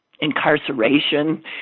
incarceration